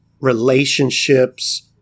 relationships